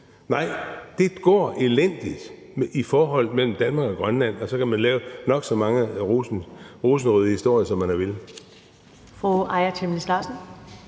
Nej, det går elendigt i forholdet mellem Danmark og Grønland, og så kan man lave lige så mange rosenrøde historier, som man vil.